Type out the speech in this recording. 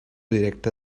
directa